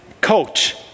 Coach